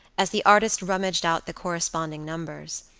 as the artist rummaged out the corresponding numbers.